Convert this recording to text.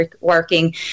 working